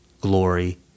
glory